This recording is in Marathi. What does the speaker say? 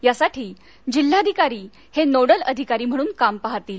यासाठी जिल्हाधिकारी हे नोडल अधिकारी म्हणून काम पाहतिल